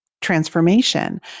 transformation